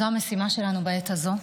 זו המשימה שלנו בעת הזו,